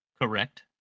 correct